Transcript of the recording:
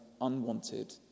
unwanted